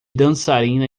dançarina